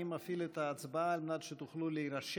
אני מפעיל את ההצבעה על מנת שתוכלו להירשם.